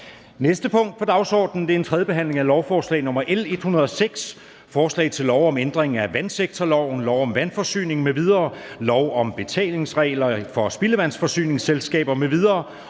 næste punkt på dagsordenen er: 3) 3. behandling af lovforslag nr. L 106: Forslag til lov om ændring af vandsektorloven, lov om vandforsyning m.v., lov om betalingsregler for spildevandsforsyningsselskaber m.v.